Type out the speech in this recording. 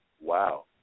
Wow